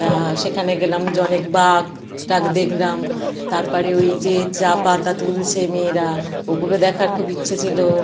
তা সেখানে গেলাম জনেক বাঘ টাঘ দেখলাম তারপারে ওই যে চা পাতা তুলছে মেয়েরা ওগুলো দেখার খুব ইচ্ছা ছিলো